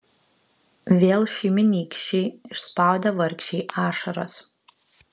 vėl šeimynykščiai išspaudė vargšei ašaras